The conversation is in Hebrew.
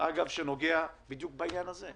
שגם נוגע בעניין הזה,